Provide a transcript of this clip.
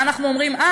מה אנחנו אומרים אז?